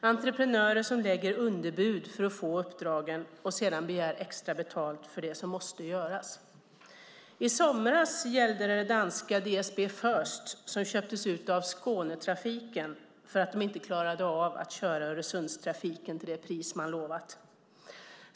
Det är entreprenörer som lägger underbud för att få uppdragen och sedan begär extra betalt för det som måste göras. I somras gällde det danska DSB First som köptes ut av Skånetrafiken för att man inte klarade av att köra Öresundstrafiken till det pris man lovat.